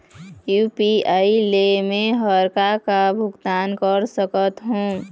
UPI ले मे हर का का भुगतान कर सकत हो?